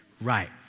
Right